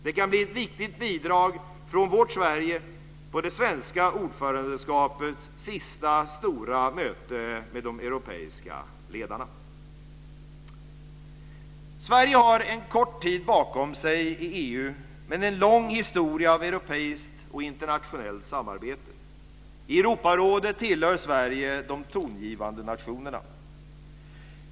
Det kan bli ett viktigt bidrag från vårt Sverige på det svenska ordförandeskapets sista stora möte med de europeiska ledarna. Sverige har en kort tid bakom sig i EU men en lång historia av europeiskt och internationellt samarbete. I Europarådet tillhör Sverige de tongivande nationerna.